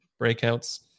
breakouts